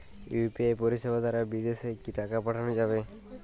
UPI পরিষেবা দারা বিদেশে কি টাকা পাঠানো যাবে?